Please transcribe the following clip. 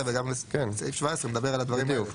גם סעיף 16 וגם סעיף 17 מדבר על הדברים האלה.